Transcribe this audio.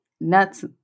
nuts